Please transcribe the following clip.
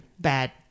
bad